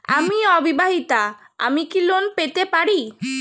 আমি অবিবাহিতা আমি কি লোন পেতে পারি?